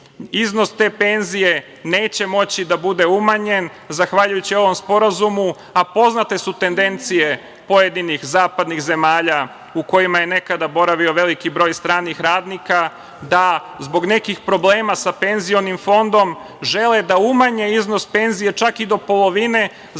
Iznos te penzije neće moći da bude umanjen zahvaljujući ovom sporazumu, a poznate su tendencije pojedinih zapadnih zemalja, u kojima je nekada boravio veliki broj stranih radnika, da zbog nekih problema sa penzionim fondom žele da umanje iznos penzija, čak i do polovine za